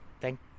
thank